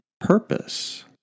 purpose